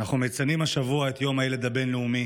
אנחנו מציינים השבוע את יום הילד הבין-לאומי.